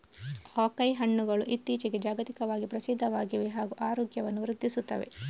acai ಹಣ್ಣುಗಳು ಇತ್ತೀಚಿಗೆ ಜಾಗತಿಕವಾಗಿ ಪ್ರಸಿದ್ಧವಾಗಿವೆ ಹಾಗೂ ಆರೋಗ್ಯವನ್ನು ವೃದ್ಧಿಸುತ್ತವೆ